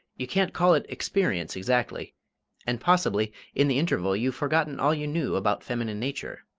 you can't call it experience exactly and possibly in the interval you've forgotten all you knew about feminine nature.